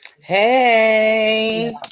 Hey